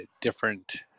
different